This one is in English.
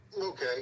Okay